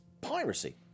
piracy